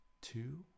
two